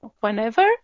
whenever